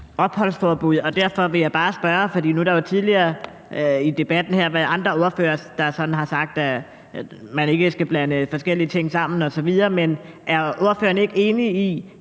nej tak til det her opholdsforbud. Nu har der jo tidligere i debatten her været andre ordførere, der har sagt, at man ikke skal blande forskellige ting sammen osv., men er ordføreren ikke enig i,